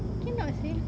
cannot seh